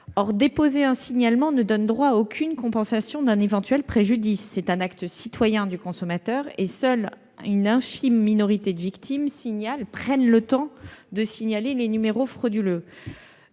de déposer un signalement ne donne droit à aucune compensation d'un éventuel préjudice. C'est un acte citoyen du consommateur, et seule une infime minorité de victimes prennent le temps de signaler les numéros frauduleux.